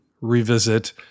revisit